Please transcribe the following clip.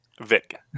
Vic